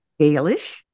Gaelish